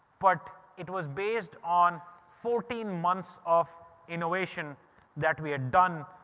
but it was based on fourteen months of innovation that we had done,